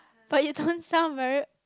but you don't sound very